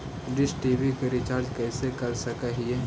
Dish TV के रिचार्ज कैसे कर सक हिय?